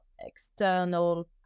external